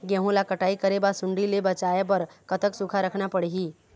गेहूं ला कटाई करे बाद सुण्डी ले बचाए बर कतक सूखा रखना पड़ही?